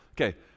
Okay